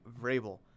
Vrabel